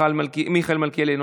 מיכאל מלכיאלי,